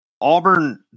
Auburn